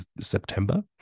September